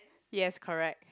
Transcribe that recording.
yes correct